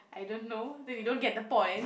I don't know then you don't get the point